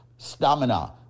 stamina